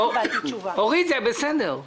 אורית, זה בסדר.